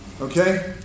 Okay